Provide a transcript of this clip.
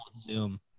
Zoom